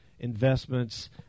Investments